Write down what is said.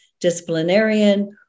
disciplinarian